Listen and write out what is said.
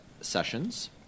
sessions